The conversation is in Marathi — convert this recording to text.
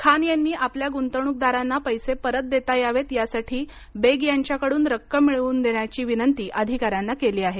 खान यांनी आपल्या गुंतवणूकदारांना पैसे परत देता यावेत यासाठी बेग यांच्याकडून रक्कम मिळवून देण्याची विनंती अधिकाऱ्यांना केली आहे